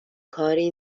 کاری